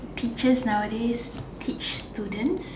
teachers nowadays teach students